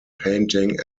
painting